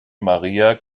mariä